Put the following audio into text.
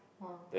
!wow!